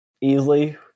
Easily